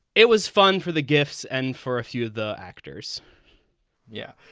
it was fun for the gifts and for a few of the actors yeah.